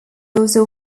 also